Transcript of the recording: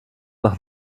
nach